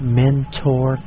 mentor